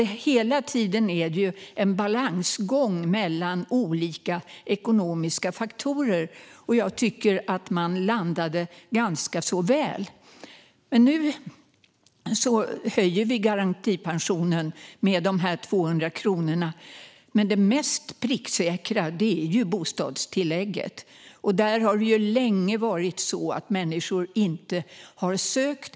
Hela tiden är det alltså en balansgång mellan olika ekonomiska faktorer. Jag tycker att man landade ganska väl. Nu höjer vi garantipensionen med dessa 200 kronor. Men det mest pricksäkra är bostadstillägget. Där har det länge varit så att människor inte har sökt det.